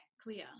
clear